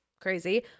crazy